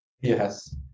Yes